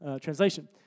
translation